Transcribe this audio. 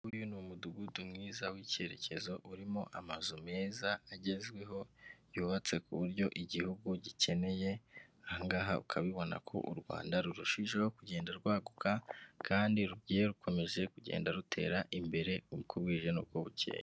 Uyu ni umudugudu mwiza w'icyerekezo urimo amazu meza agezweho yubatse ku buryo igihugu gikeneye, aha ngaha ukabibona ko u Rwanda rurushijeho kugenda rwaguka, kandi rugiye rukomeje kugenda rutera imbere uko bwije n'uko bukeye.